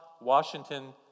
Washington